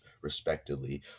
respectively